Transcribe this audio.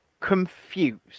Confused